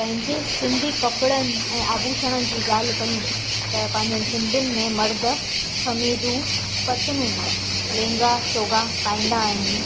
पंहिंजे सिंधी कपिड़नि ऐं आभूषण जी ॻाल्हि कयू त पंहिंजा सिंधीयुनि में मर्द खमीज़ू पतलून लहंगा चौगा पाईंदा आहिनि